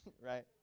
right